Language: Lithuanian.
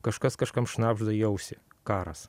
kažkas kažkam šnabžda į ausį karas